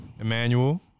Emmanuel